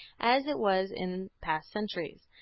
as it was in past centuries.